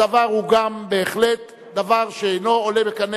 הדבר הוא גם בהחלט דבר שאינו עולה בקנה